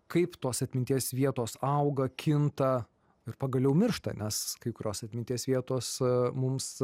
kaip tos atminties vietos auga kinta ir pagaliau miršta nes kai kurios atminties vietos mums